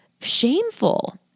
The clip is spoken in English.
shameful